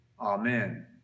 Amen